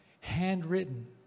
handwritten